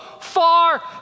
far